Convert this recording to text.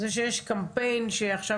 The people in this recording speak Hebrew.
זה שיש קמפיין עכשיו,